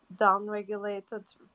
downregulated